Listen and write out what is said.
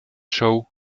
show